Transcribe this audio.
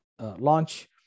launch